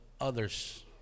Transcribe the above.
others